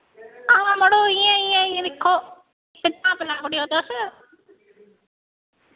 आं मड़ो इंया इंया दिक्खो धाम अपने घर आक्खी ओड़ेओ तुस